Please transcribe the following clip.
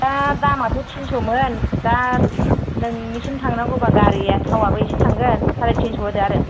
दा दामाथ' थिनस'मोन दा नोंनिसिम थांनांगौबा गारिया थावआबो एसे थांगोन साराइ थिनस' होदो आरो